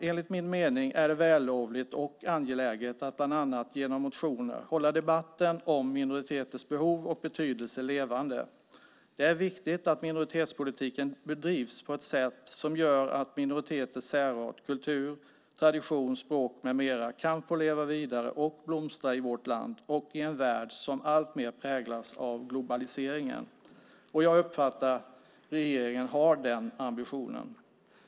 Enligt min mening är det vällovligt och angeläget att bland annat genom motioner hålla debatten om minoriteters behov och betydelse levande. Det är viktigt att minoritetspolitiken bedrivs på ett sätt som gör att minoriteters särart, kultur, tradition, språk med mera kan få leva vidare och blomstra i vårt land och i en värld som alltmer präglas av globaliseringen. Jag uppfattar att regeringen har den ambitionen.